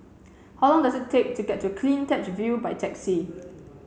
how long does it take to get to CleanTech View by taxi